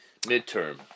midterm